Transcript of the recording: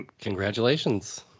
Congratulations